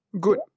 good